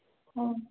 हो